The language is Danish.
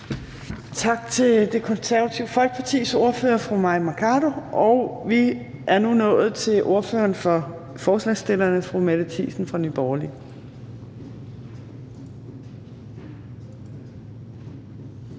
Tak til Det Konservative Folkepartis ordfører, fru Mai Mercado. Vi er nu nået til ordføreren for forslagsstillerne, fru Mette Thiesen fra Nye Borgerlige.